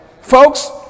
folks